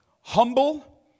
humble